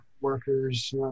workers